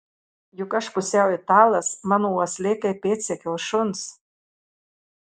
juk aš pusiau italas mano uoslė kaip pėdsekio šuns